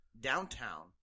downtown